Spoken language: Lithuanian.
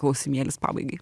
klausimėlis pabaigai